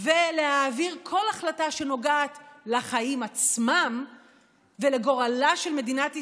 ולהעביר כל החלטה שנוגעת לחיים עצמם ולגורלה של מדינת ישראל,